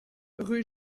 rue